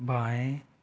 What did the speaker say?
बाएँ